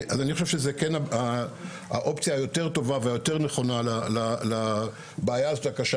אני חושב שזאת כן האופציה היותר טובה והיותר נכונה לבעיה הקשה הזאת.